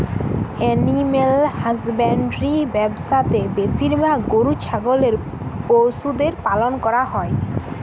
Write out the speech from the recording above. animal husbandry ব্যবসা তে বেশিরভাগ গরু ছাগলের পশুদের পালন করা হই